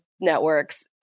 networks